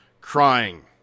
crying